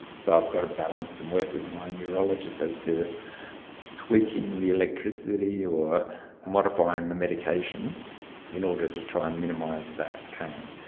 so i've got to balance and work with my neurologist as to tweaking the electricity or modifying the medication in order to try and minimise that pain.